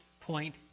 point